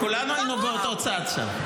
כולנו היינו באותו צד שם.